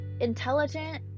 intelligent